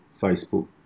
Facebook